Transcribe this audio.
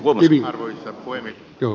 olisihan voimme jo